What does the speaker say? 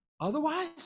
otherwise